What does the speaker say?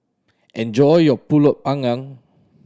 enjoy your Pulut Panggang